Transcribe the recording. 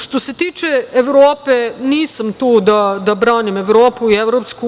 Što se tiče Evrope, nisam tu da branim Evropu i EU.